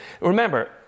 remember